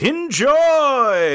Enjoy